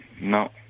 no